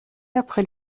après